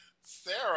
Sarah